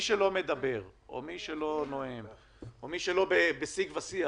מדבר או לא נואם או לא בשיג ושיח